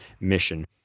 mission